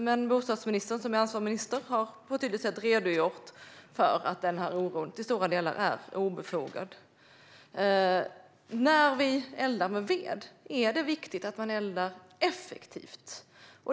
Men bostadsministern som är ansvarig minister har på ett tydligt sätt redogjort för att den här oron till stora delar är obefogad. När man eldar med ved är det viktigt att man eldar effektivt.